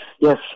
yes